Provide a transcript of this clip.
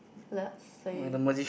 let say